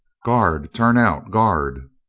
guard! turn out, guard!